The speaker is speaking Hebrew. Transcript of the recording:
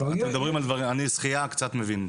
אני שחייה קצת מבין.